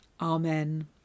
Amen